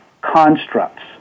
constructs